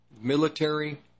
military